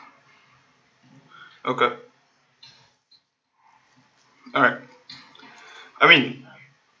okay alright I mean